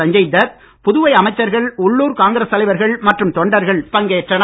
சஞ்சய் தத் புதுவை அமைச்சர்கள் உள்ளுர் காங்கிரஸ் தலைவர்கள் மற்றும் தொண்டர்கள் பங்கேற்றனர்